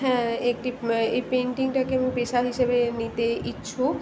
হ্যাঁ একটি এই পেন্টিংটাকে আমি পেশা হিসেবে নিতে ইচ্ছুক